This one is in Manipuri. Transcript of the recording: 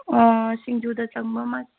ꯑꯥ ꯁꯤꯡꯖꯨꯗ ꯆꯪꯕ ꯃꯥꯒꯤ